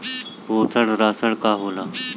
पोषण राशन का होला?